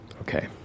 okay